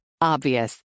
Obvious